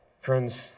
Friends